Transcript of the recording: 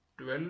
12